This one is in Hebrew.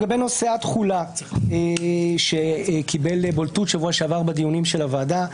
לגבי נושא התחולה שקיבל בולטות בשבוע שעבר בדיונים של הוועדה.